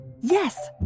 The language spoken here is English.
Yes